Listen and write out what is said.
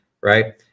right